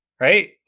Right